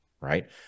right